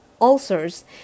ulcers